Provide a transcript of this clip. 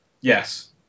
yes